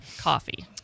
Coffee